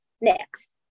Next